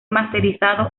masterizado